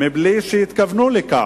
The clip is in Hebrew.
בלי שהתכוונו לכך.